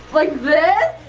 like this?